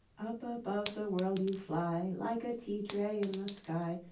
up above the world you fly, like a tea-tray in the sky.